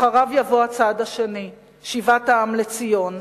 אחריו יבוא הצעד השני, שיבת העם לציון,